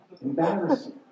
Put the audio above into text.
Embarrassing